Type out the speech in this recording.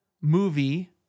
movie